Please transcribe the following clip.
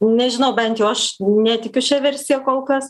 nežinau bent jau aš netikiu šia versija kol kas